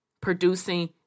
Producing